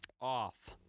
Off